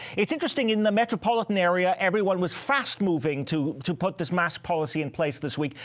it is interesting in the metropolitan area, everyone was fast moving to to put this mask policy in place this week.